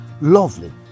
lovely